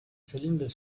cylinder